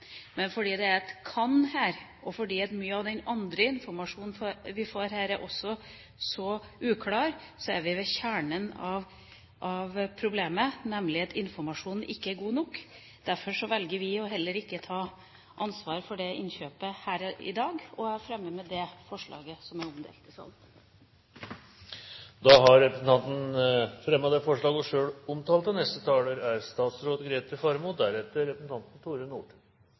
men fordi det er et «kan» her, og fordi mye av den andre informasjonen vi får, også er så uklar, er vi ved kjernen av problemet, nemlig at informasjonen ikke er god nok. Derfor velger vi heller ikke å ta ansvar for dette innkjøpet her i dag, og jeg fremmer med dette forslaget som er omdelt i salen. Representanten Trine Skei Grande har fremmet det forslaget hun refererte til. Som vi alt har hørt, ble det for drøyt 30 år siden i denne sal tatt en stor og